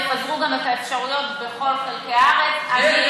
ושיפזרו את האפשרויות בכל חלקי הארץ.